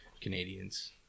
Canadians